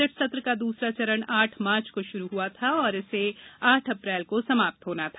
budget सत्र का द्रसरा चरण आठ मार्च को श्रू हआ था और इसे आठ अप्रैल को समाप्त होना था